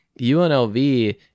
UNLV